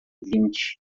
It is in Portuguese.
vinte